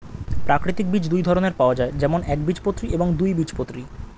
প্রাকৃতিক বীজ দুই ধরনের পাওয়া যায়, যেমন একবীজপত্রী এবং দুই বীজপত্রী